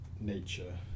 nature